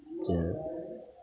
तऽ